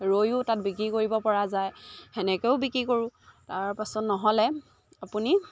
ৰৈও তাত বিক্ৰী কৰিব পৰা যায় তেনেকৈও বিক্ৰী কৰোঁ তাৰপাছত নহ'লে আপুনি